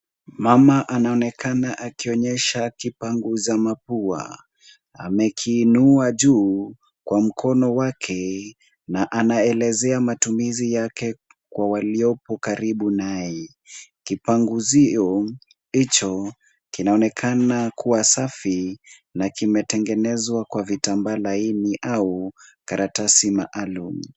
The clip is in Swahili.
Mama anaonekana akionyesha kipanguza mapua. Amekiinua juu kwa mkono wake na anaelezea matumizi yake kwa waliopo karibu naye. Kipanguzio hicho kinaonekana kuwa safi na kimetengenezwa kwa vitambaa laini au karatasi maalum.